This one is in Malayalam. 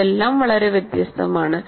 ഇതെല്ലാം വളരെ വ്യത്യസ്തമാണ്